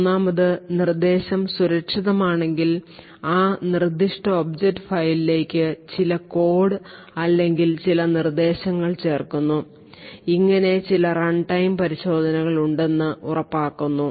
മൂന്നാമത് നിർദ്ദേശം സുരക്ഷിതമല്ലെങ്കിൽ ആ നിർദ്ദിഷ്ട ഒബ്ജക്റ്റ് ഫയലിലേക്ക് ചില കോഡ് അല്ലെങ്കിൽ ചില നിർദ്ദേശങ്ങൾ ചേർക്കുന്നു അങ്ങനെ ചില റൺടൈം പരിശോധനകൾ ഉണ്ടെന്ന് ഉറപ്പാക്കുന്നു